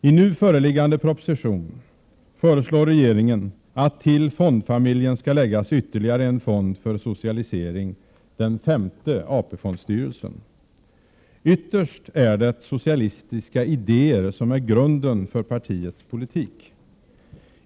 I nu föreliggande proposition föreslår regeringen att till ”fondfamiljen” skall läggas ytterligare en fond för socialisering — en femte AP fondstyrelse. Ytterst är det socialistiska idéer som är grunden för partiets politik.